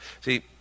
See